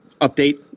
update